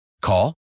Call